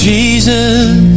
Jesus